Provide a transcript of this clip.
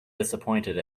disappointed